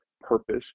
purpose